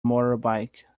motorbike